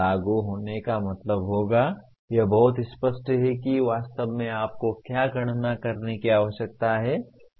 लागू होने का मतलब होगा यह बहुत स्पष्ट है कि वास्तव में आपको क्या गणना करने की आवश्यकता है